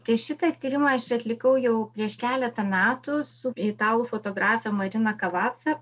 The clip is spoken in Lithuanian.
tai šitą tyrimą aš atlikau jau prieš keletą metų su italų fotografe marina kavaca